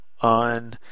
on